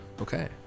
Okay